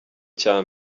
cya